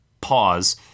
pause